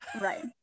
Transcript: Right